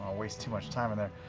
waste too much time in there.